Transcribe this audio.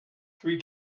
three